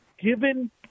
given